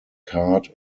card